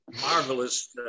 marvelous